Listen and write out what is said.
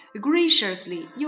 Graciously